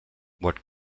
what